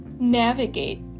navigate